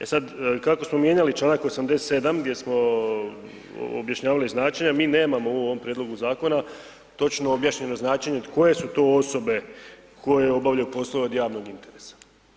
E sad, kako smo mijenjali čl. 87. gdje smo objašnjavali značenja, mi nemamo u ovom prijedlogu zakona točno objašnjeno značenje koje su to osobe koje obavljaju poslove od javnog interesa.